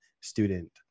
student